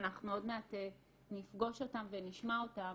ואנחנו עוד מעט נפגוש אותם ונשמע אותם,